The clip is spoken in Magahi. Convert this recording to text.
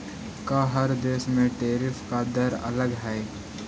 का हर देश में टैरिफ का दर अलग हई